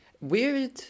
weird